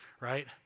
right